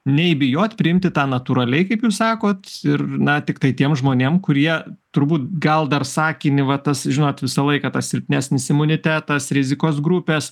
nei bijot priimti tą natūraliai kaip jūs sakot ir na tiktai tiem žmonėm kurie turbūt gal dar sakinį va tas žinot visą laiką tas silpnesnis imunitetas rizikos grupės